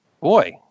boy